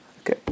Okay